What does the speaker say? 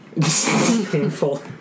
painful